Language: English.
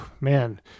man